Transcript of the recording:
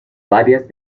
varias